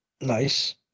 Nice